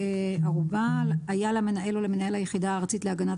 129.ערובה היה למנהל או למנהל היחידה הארצית להגנת